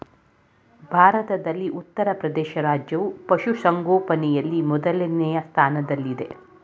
ಭಾರತದಲ್ಲಿ ಉತ್ತರಪ್ರದೇಶ ರಾಜ್ಯವು ಪಶುಸಂಗೋಪನೆಯಲ್ಲಿ ಮೊದಲನೇ ಸ್ಥಾನದಲ್ಲಿದೆ